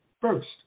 first